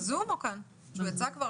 ששי.